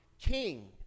king